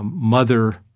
um mother,